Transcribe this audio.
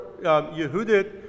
Yehudit